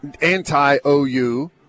anti-OU